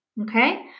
okay